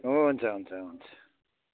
हुन्छ हुन्छ हुन्छ